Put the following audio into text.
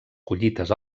collites